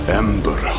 ember